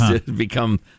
become